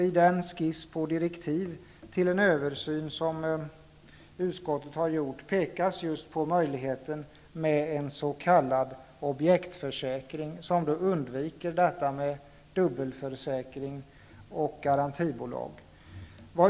I den skiss på direktiv till en översyn som utskottet har gjort pekas just på möjligheten med en s.k. objektförsäkring som undviker detta med dubbelförsäkring och garantibolag.